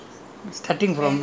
I give you a simple example